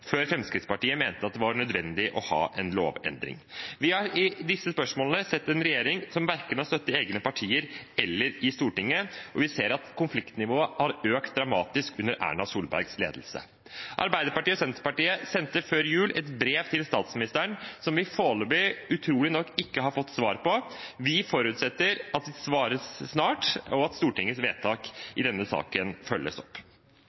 før Fremskrittspartiet mente det var nødvendig å ha en lovendring. Vi har i disse spørsmålene sett en regjering som har støtte verken i egne partier eller i Stortinget, og vi ser at konfliktnivået har økt dramatisk under Erna Solbergs ledelse. Arbeiderpartiet og Senterpartiet sendte før jul et brev til statsministeren som vi foreløpig ikke har fått noe svar på – utrolig nok. Vi forutsetter at det svares snart, og at Stortingets vedtak i denne saken følges opp.